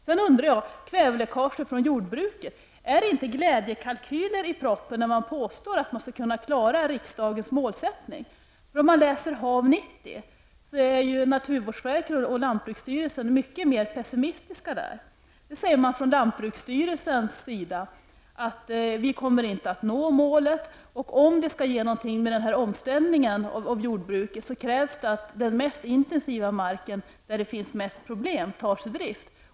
Beträffande kväveläckaget från jordbruket undrar jag om det inte är glädjekalkyler i propositionen när det påstås att man skall kunna klara riksdagens målsättning. Om man läser HAV 90 är ju naturvårdsverket och lantbruksstyrelsen mycket mer pessimistiska. Man säger från lantbruksstyrelsens sida att målet inte kommer att nås och att det, om denna omställning av jordbruket skall ge något, krävs att den mest intensiva marken där det finns mest problem tas ur drift.